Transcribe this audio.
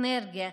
אנרגיה,